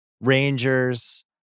Rangers